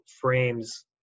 frames